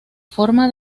forma